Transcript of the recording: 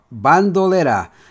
Bandolera